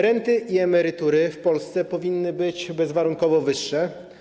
Renty i emerytury w Polsce powinny być bezwarunkowo wyższe.